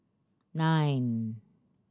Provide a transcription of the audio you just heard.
nine